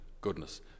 goodness